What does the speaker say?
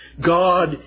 God